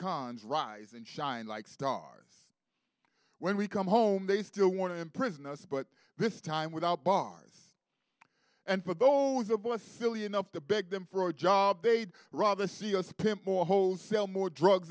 cons rise and shine like stars when we come home they still want to imprison us but this time without bars and for those of us silly enough to beg them for a job they'd rather see us pimp more wholesale more drugs